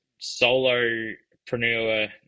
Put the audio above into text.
solopreneur